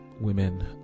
women